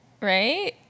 Right